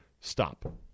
Stop